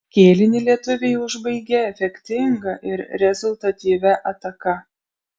kėlinį lietuviai užbaigė efektinga ir rezultatyvia ataka